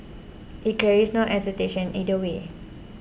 it carries no assertion either way